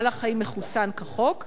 בעל-החיים מחוסן כחוק,